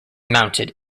mounted